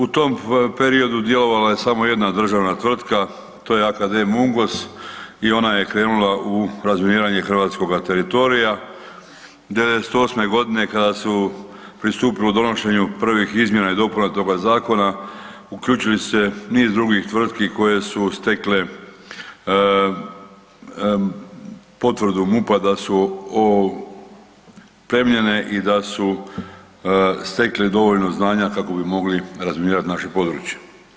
U tom periodu djelovala je samo jedna državna tvrtka to je „AKD MUNGOS“ i ona je krenula u razminiranje hrvatskoga teritorija, '98.g. kada su pristupilo donošenju prvih izmjena i dopuna toga uključili se niz drugih tvrtki koje su stekle potvrdu MUP-a da su opremljene i da su stekle dovoljno znanja kako bi mogli razminirati naše područje.